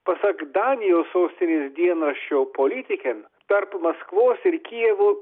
pasak danijos sostinės laikraščio politicen tarp maskvos ir kijevo